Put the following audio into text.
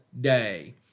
day